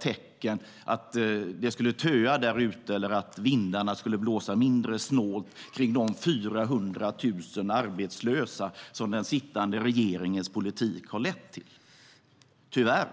tecken på att det skulle töa där ute eller att vindarna skulle blåsa mindre snålt kring de 400 000 arbetslösa som den sittande regeringens politik har lett till. Tyvärr